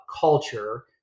culture